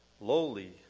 lowly